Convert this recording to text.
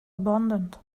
abandoned